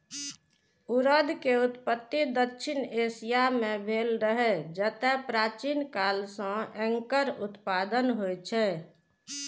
उड़द के उत्पत्ति दक्षिण एशिया मे भेल रहै, जतय प्राचीन काल सं एकर उत्पादन होइ छै